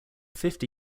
fifty